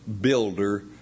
builder